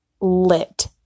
lit